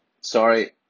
sorry